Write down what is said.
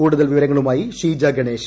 കൂടുതൽ വിവരങ്ങളുമായി ഷീജ ഗണേശ്